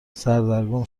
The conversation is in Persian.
سردرگم